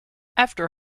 after